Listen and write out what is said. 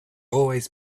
always